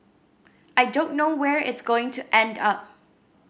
I don't know where it's going to end up